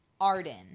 Arden